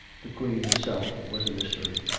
the queen herself was a mystery.